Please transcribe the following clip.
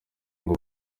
ngo